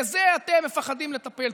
בזה אתם מפחדים לטפל.